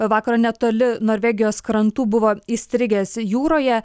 vakaro netoli norvegijos krantų buvo įstrigęs jūroje